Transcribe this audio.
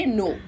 no